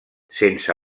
sense